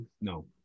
no